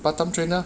part-time trainer